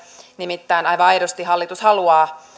nimittäin aivan aidosti hallitus haluaa